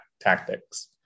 tactics